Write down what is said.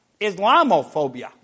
Islamophobia